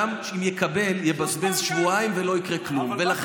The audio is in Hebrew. גם אם יקבל, יבזבז שבועיים ולא יקרה כלום.